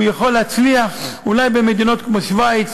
הוא יכול להצליח אולי במדינות כמו שווייץ,